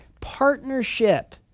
partnership